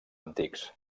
antics